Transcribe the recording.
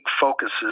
focuses